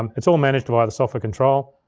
um it's all managed by the software control.